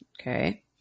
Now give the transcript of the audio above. okay